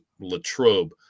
Latrobe